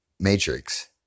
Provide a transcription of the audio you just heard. matrix